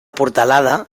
portalada